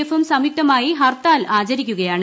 എഫും സംയുക്തമായി ഹർത്താൽ ആചരിക്കുകയാണ്